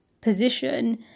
position